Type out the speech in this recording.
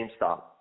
GameStop